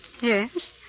Yes